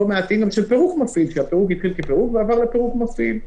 מעטים של פירוק מפעיל שהפירוק התחיל כפירוק ועבר לפירוק מפעיל.